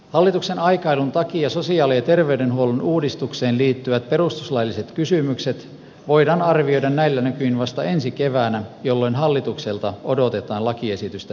hallituksen aikailun takia sosiaali ja ter veydenhuollon uudistukseen liittyvät perustuslailliset kysymykset voidaan arvioida näillä näkymin vasta ensi keväänä jolloin hallitukselta odotetaan lakiesitystä eduskuntaan